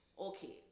Okay